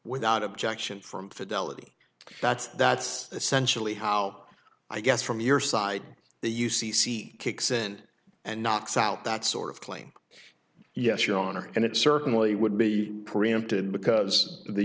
without objection from fidelity that's that's essentially how i guess from your side the u c c kicks in and knocks out that sort of claim yes your honor and it certainly would be preempted because the